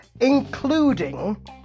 including